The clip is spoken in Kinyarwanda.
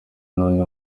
n’undi